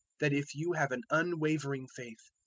that if you have an unwavering faith,